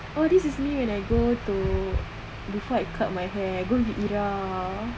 oh this is me when I go to before I cut my hair I go with ira